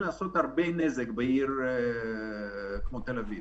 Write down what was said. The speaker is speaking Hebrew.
לעשות הרבה נזק בעיר כמו תל אביב.